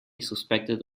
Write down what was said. suspected